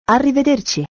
Arrivederci